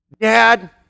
Dad